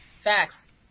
Facts